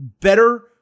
better